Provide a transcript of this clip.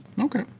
Okay